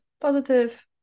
positive